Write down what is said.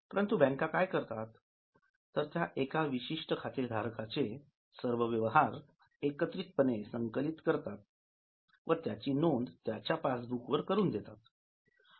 परंतु बँका काय करतात तर त्या एका विशीष्ठ खातेधारकाचे सर्व व्यवहार एकत्रितपणे संकलित करतात व त्याची नोंद त्याच्या पासबुकवर करून देतात